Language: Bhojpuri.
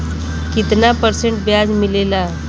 कितना परसेंट ब्याज मिलेला?